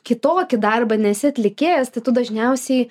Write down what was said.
kitokį darbą nesi atlikėjas tai tu dažniausiai